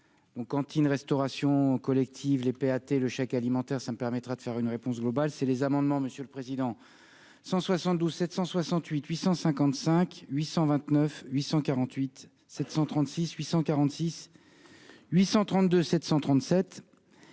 donc cantine restauration collective les P hâter le chèque alimentaire ça me permettra de faire une réponse globale, c'est les amendements, monsieur le Président, 172 768 855, 829 848 736 846 832 737